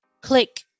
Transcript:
click